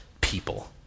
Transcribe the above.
people